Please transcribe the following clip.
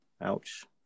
ouch